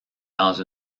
dans